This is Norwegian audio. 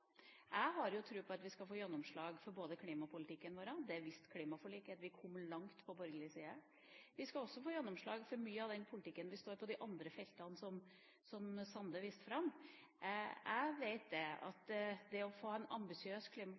Jeg har tro på at vi skal få gjennomslag for klimapolitikken vår – klimaforliket viste at vi kom langt på borgerlig side. Vi skal også få gjennomslag for mye av den politikken vi står for på de andre feltene som Sande viste til. Jeg vet at det å få til en ambisiøs